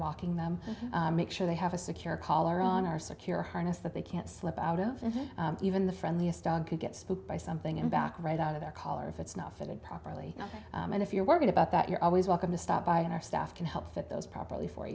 walking them make sure they have a secure caller on our secure harness that they can't slip out of even the friendliest dog could get spooked by something in back right out of their color if it's not fitted properly and if you're worried about that you're always welcome to stop by our staff to help put those properly for